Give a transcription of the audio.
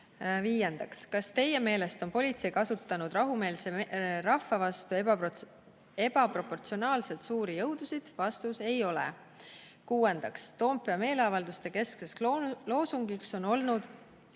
Viiendaks: "Kas teie meelest on politsei kasutanud rahumeelse rahva vastu ebaproportsionaalselt suuri jõudusid?" Ei ole. Kuuendaks: "Toompea meeleavalduste keskseks loosungiks on olnud